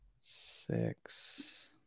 Six